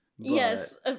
Yes